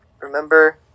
remember